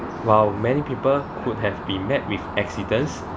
while many people could have been met with accidents